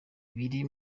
biri